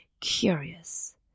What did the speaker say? curious